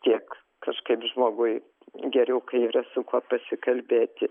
kiek kažkaip žmogui geriau kai yra su kuo pasikalbėti